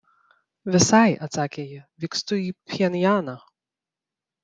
visai atsakė ji vykstu į pchenjaną